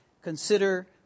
consider